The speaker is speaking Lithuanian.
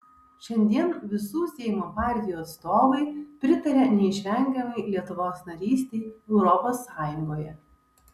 šiandien visų seimo partijų atstovai pritaria neišvengiamai lietuvos narystei europos sąjungoje